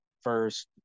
first